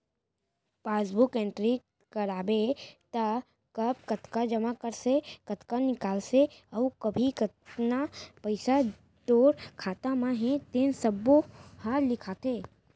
passbook entry कराबे त कब कतका जमा करेस, कतका निकालेस अउ अभी कतना पइसा तोर खाता म हे तेन सब्बो ह लिखाथे